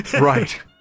Right